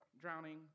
drowning